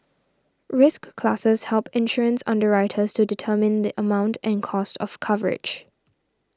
risk classes help insurance underwriters to determine the amount and cost of coverage